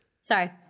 Sorry